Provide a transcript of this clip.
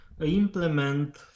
implement